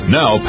Now